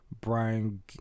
Brian